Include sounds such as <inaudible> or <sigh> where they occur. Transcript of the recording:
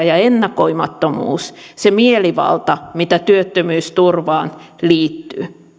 <unintelligible> ja ennakoimattomuus se mielivalta mitä työttömyysturvaan liittyy